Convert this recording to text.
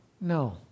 no